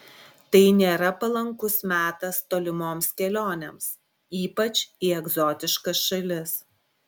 tai nėra palankus metas tolimoms kelionėms ypač į egzotiškas šalis